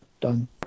done